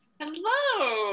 Hello